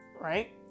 right